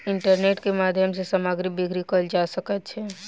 internet के माध्यम सॅ सामग्री बिक्री कयल जा सकै छै